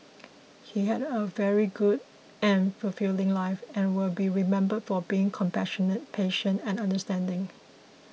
he had a very good and fulfilling life and will be remembered for being compassionate patient and understanding